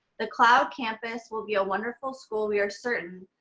the cloud campus will be a wonderful school we are certain.